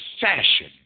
fashion